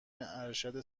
ارشد